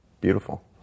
Beautiful